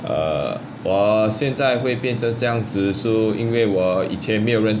err 我现在会变成这样子是因为我以前没有人:wo xian zai hui bian cheng zhe yang zi shi yin wei wo yi qianan mei you ren